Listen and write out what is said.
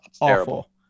awful